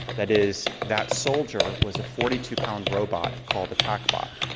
that is, that soldier was a forty two pound robot called the packbot.